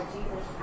Jesus